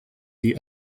the